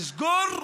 לסגור,